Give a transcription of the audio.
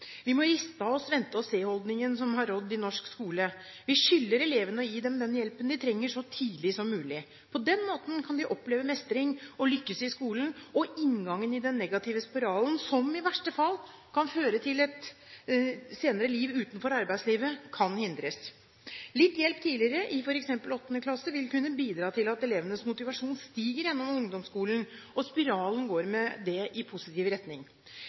Vi må riste av oss vente-og-se-holdningen som har rådd i norsk skole. Vi skylder elevene å gi dem den hjelpen de trenger, så tidlig som mulig. På den måten kan de oppleve mestring og lykkes i skolen, og inngangen i den negative spiralen – som i verste fall kan føre til et senere liv utenfor arbeidslivet – kan hindres. Litt hjelp tidligere, f.eks. i 8. klasse, vil kunne bidra til at elevenes motivasjon stiger gjennom ungdomsskolen, og spiralen går med det i positiv retning.